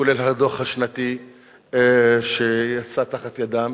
כולל הדוח השנתי שיצא מתחת ידם.